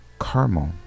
caramel